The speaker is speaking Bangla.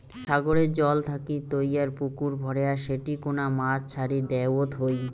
সাগরের জল থাকি তৈয়ার পুকুর ভরেয়া সেটি কুনা মাছ ছাড়ি দ্যাওয়ৎ হই